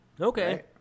Okay